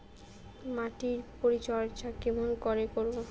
মাটির পরিচর্যা কেমন করে করব?